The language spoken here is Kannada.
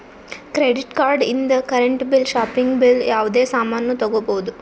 ಕ್ರೆಡಿಟ್ ಕಾರ್ಡ್ ಇಂದ್ ಕರೆಂಟ್ ಬಿಲ್ ಶಾಪಿಂಗ್ ಬಿಲ್ ಯಾವುದೇ ಸಾಮಾನ್ನೂ ತಗೋಬೋದು